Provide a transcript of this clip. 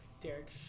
Derek